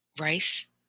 rice